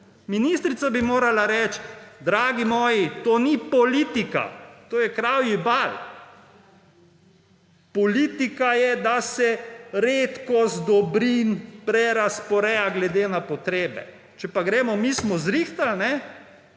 Ministrica bi morala reči: »Dragi moji, to ni politika, to je kravji bal. Politika je, da se redkost dobrin prerazporeja glede na potrebe.« Če pa se gremo, mi smo zrihtali −